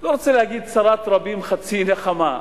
אני לא רוצה להגיד: צרת רבים חצי נחמה.